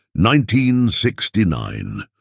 1969